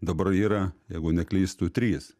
dabar yra jeigu neklystu trys